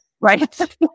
right